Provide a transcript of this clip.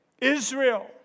Israel